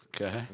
Okay